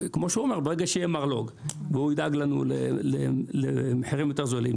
ברגע שיהיה מרלו"ג והוא ידאג לנו למחירים יותר זולים